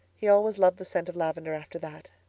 he always loved the scent of lavendar after that.